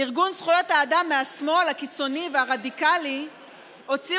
ארגון זכויות האדם מהשמאל הקיצוני והרדיקלי הוציא